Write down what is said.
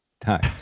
time